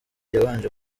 yabanje